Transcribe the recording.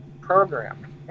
program